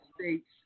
States